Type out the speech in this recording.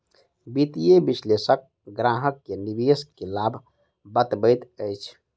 वित्तीय विशेलषक ग्राहक के निवेश के लाभ बतबैत अछि